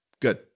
Good